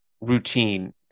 routine